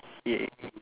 ya